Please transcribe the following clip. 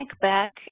back